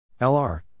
LR